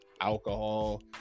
alcohol